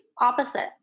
opposite